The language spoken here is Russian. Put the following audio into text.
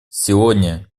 сегодня